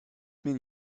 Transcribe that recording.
mean